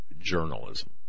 journalism